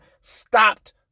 stopped